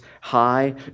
High